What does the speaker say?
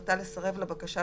החלטה לסרב לבקשה,